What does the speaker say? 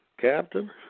captain